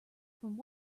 from